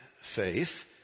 faith